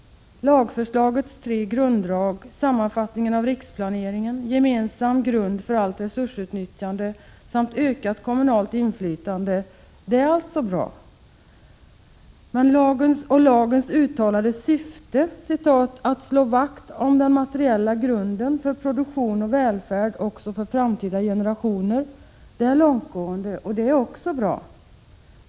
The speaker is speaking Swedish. Lagförslagets tre grunddrag — sammanfattningen av riksplaneringen, gemensam grund för allt resursutnyttjande samt ökat kommunalt inflytande — är alltså bra. Lagens uttalade syfte ”att slå vakt om den materiella grunden för produktion och välfärd också för framtida generationer” är långtgående, och det är också bra.